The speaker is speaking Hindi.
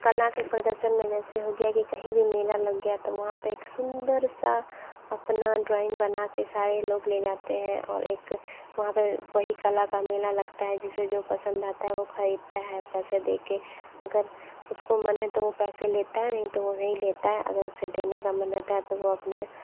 कला के प्रदर्शन में जैसे हो गया कि कहीं भी मेला लग गया तो वहाँ पे एक सुंदर सा अपना ड्राइंग बनाकर सारे लोग ले जाते हैं और एक वहाँ पे वही कला का मेला लगता है जिसे जो पसंद आता है वो खरीदता है पैसे देके अगर उसको मन हे तो पैसे लेता है नहीं तो वो नहीं लेता है अगर उसे देने का मन होता है तो वो अपने